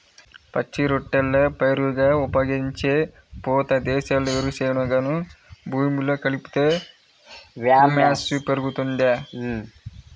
పచ్చి రొట్టెల పైరుగా ఉపయోగించే పూత దశలో వేరుశెనగను భూమిలో కలిపితే హ్యూమస్ పెరుగుతుందా?